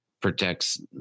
protects